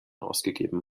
ausgegeben